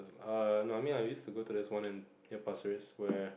err no I mean I used to go to this one in near Pasir-Ris where